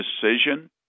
decision